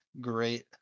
great